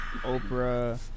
Oprah